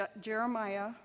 Jeremiah